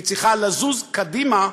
והיא צריכה לזוז קדימה,